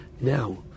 Now